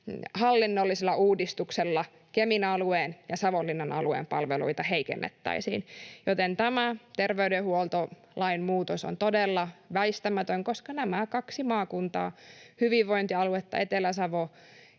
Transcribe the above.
hallinnollisella uudistuksella, Kemin alueen ja Savonlinnan alueen palveluita heikennettäisiin, joten tämä terveydenhuoltolain muutos on todella väistämätön, koska nämä kaksi maakuntaa, hyvinvointialuetta, Etelä-Savo